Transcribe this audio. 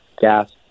gas